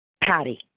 Patty